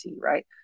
right